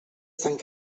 sant